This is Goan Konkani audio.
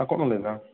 आ कोण उलयता